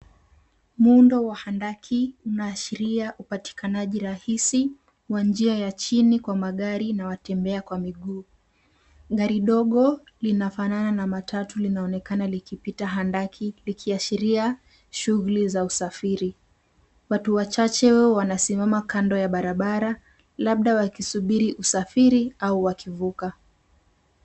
Muundo wa handaki unaashiria upatikanaji rahisi wa njia ya chini kwa magari na watembea kwa miguu. Gari dogo linafanana na matatu linaonekana likipita handaki likiashiria shuguli za usafiri. Watu wachache wanasimama kando ya barabara labda wakisubiri usafiri au wakivuka.